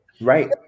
Right